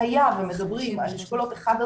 היה ומדברים על אשכולות 5-1,